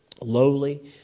lowly